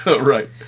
Right